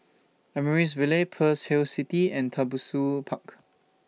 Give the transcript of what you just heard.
Amaryllis Ville Pearl's Hill City and Tembusu Park